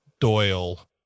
doyle